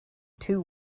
two